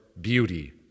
beauty